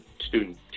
student